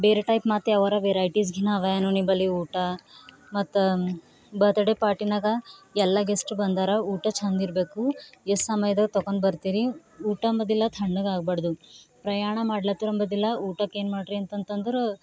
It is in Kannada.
ಬೇರೆ ಟೈಪ್ ಮತ್ತೆ ಯಾವರ ವೆರೈಟಿಸ್ ಗಿನ್ನವೇನು ನಿಮ್ಮಲ್ಲಿ ಊಟ ಮತ್ತು ಬರ್ತ್ಡೇ ಪಾರ್ಟಿನಾಗ ಎಲ್ಲ ಗೆಸ್ಟ್ ಬಂದಾರ ಊಟ ಚಂದ ಇರಬೇಕು ಎಷ್ಟ್ ಸಮಯದಲ್ಲಿ ತೊಕೊಂಬರ್ತೀರಿ ಊಟ ಮೊದಲು ತಣ್ಣಗೆ ಆಗ್ಬಾರ್ದು ಪ್ರಯಾಣ ಮಾಡ್ಲತ್ತಿರೊಂಬೋದಿಲ್ಲ ಊಟಕ್ಕೆ ಏನು ಮಾಡಿರಿ ಅಂತಂತಂದ್ರೆ